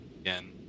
again